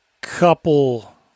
couple